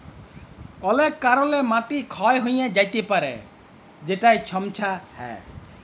অলেক কারলে মাটি ক্ষয় হঁয়ে য্যাতে পারে যেটায় ছমচ্ছা হ্যয়